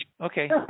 Okay